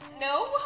No